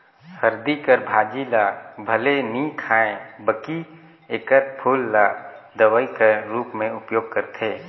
हरदी कर भाजी ल भले नी खांए बकि एकर फूल ल दवई कर रूप में उपयोग करथे